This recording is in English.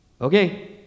Okay